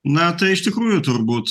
na tai iš tikrųjų turbūt